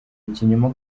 ikinyoma